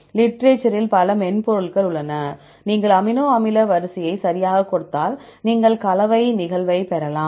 literature இல் பல மென்பொருள்கள் உள்ளன நீங்கள் அமினோ அமில வரிசையை சரியாகக் கொடுத்தால் நீங்கள் கலவை நிகழ்வைப் பெறலாம்